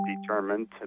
determined